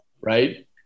Right